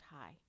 high